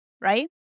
right